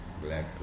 black